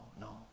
no